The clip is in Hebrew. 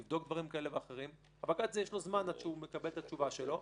לבדוק דברים כאלה ואחרים יש לו זמן עד שהוא מקבל את התשובה שלו.